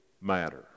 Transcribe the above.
matter